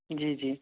جی جی